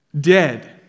dead